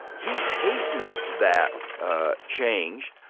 he's hastened that ah change,